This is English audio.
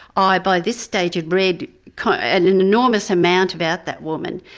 i, by this stage had read kind of and an enormous amount about that woman,